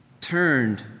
turned